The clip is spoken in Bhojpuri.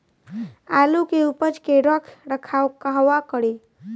आलू के उपज के रख रखाव कहवा करी?